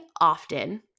often